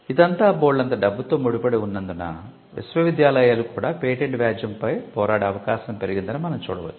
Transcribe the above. ఇదంతా బోల్డంత డబ్బుతో ముడిపడి ఉన్నందున విశ్వవిద్యాలయాలు కూడా పేటెంట్ వ్యాజ్యంపై పోరాడే అవకాశం పెరిగిందని మనం చూడవచ్చు